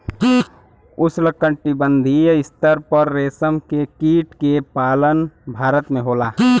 उष्णकटिबंधीय स्तर पर रेशम के कीट के पालन भारत में होला